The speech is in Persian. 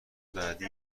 بعدی